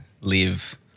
live